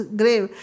grave